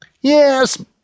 Yes